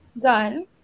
done